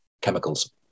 chemicals